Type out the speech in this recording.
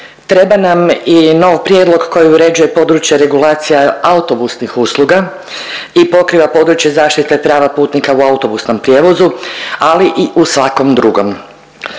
treba nam i nov prijedlog koji uređuje i područje regulacija autobusnih usluga i pokriva područje zaštite prava putnika u autobusnom prijevozu, ali i u svakom drugom.